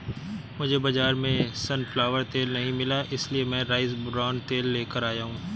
मुझे बाजार में सनफ्लावर तेल नहीं मिला इसलिए मैं राइस ब्रान तेल लेकर आया हूं